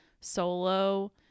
solo